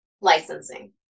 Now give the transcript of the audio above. licensing